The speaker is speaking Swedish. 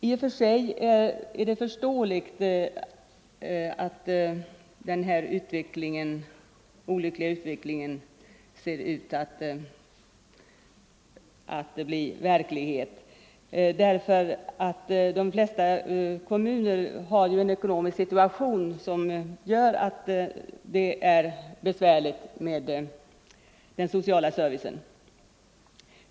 I och för sig är en sådan utveckling förståelig. Många kommuner har ju en ekonomisk situation som gör det besvärligt att tillhandahålla social service.